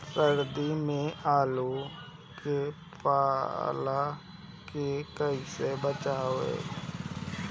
सर्दी में आलू के पाला से कैसे बचावें?